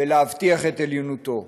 ולהבטיח את עליונותו,